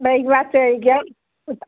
breakfast കഴിക്കാം ഇപ്പ്